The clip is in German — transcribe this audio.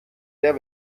der